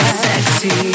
sexy